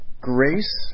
grace